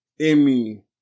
Amy